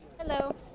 hello